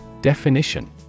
Definition